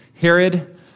Herod